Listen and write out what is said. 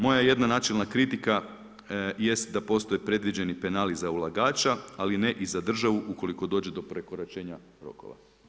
Moja jedna načelna kritika jest da postoji predviđeni penali za ulagača, ali ne i za državu ukoliko dođe do prekoračenja rokova.